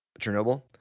Chernobyl